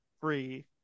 free